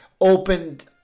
opened